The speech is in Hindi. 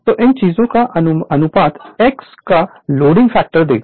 तो इन चीजों का अनुपात x का लोडिंग फैक्टर देगा